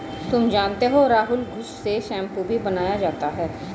तुम जानते हो राहुल घुस से शैंपू भी बनाया जाता हैं